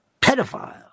Pedophile